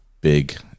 big